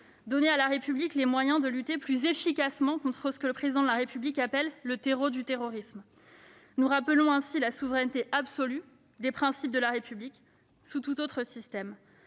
donner à la République les moyens de lutter plus efficacement contre ce que le Président de la République appelle « le terreau du terrorisme ». Nous rappelons ainsi la souveraineté absolue des principes de la République sur tout autre système.